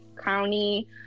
county